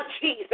Jesus